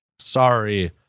Sorry